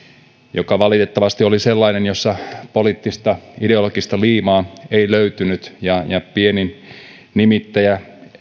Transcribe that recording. se valitettavasti oli sellainen jossa poliittista ideologista liimaa ei löytynyt ja ja pienin nimittäjä